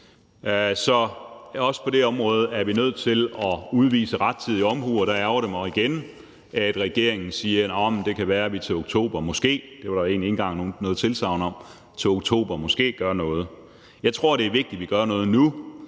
Så også på det område er vi nødt til at udvise rettidig omhu, og der ærgrer det mig igen, at regeringen siger: Nåh, men det kan være, vi til oktober – det var der ikke engang noget tilsagn om – måske gør noget. Jeg tror, det er vigtigt, vi gør noget nu,